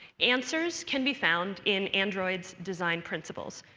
answers can be found in android's design principles.